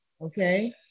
Okay